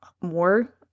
more